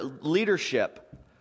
leadership